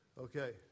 Okay